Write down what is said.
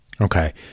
Okay